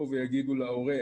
אנחנו מוצר חיוני לעילא ולעילא,